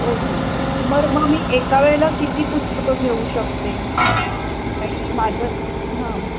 okay बरं मग मी एका वेळेला किती पुस्तकं घेऊ शकते आणि माझं हां